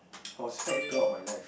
I was fat throughout my life